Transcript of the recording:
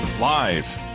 live